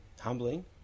humbling